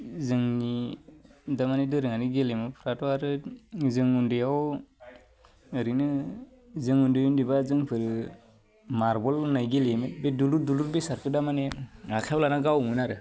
जोंनि दामानि दोरोंङारि गेलेमुफ्राथ' आरो जों उन्दैआव ओरैनो जों उन्दै उन्दैबा जोंफोर मार्बल होन्नाय गेलेयोमोन बे दुलुर दुलुर बेसादखौ दा माने आखाइयाव लानानै गावोमोन आरो